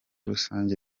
rusange